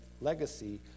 legacy